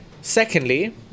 Secondly